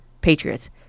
Patriots